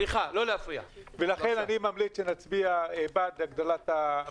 רם בן ברק (יש עתיד תל"ם): לכן אני ממליץ שנצביע בעד הגדלת המכסה,